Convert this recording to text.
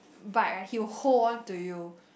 bite right he will hold on to you